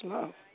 Love